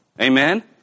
Amen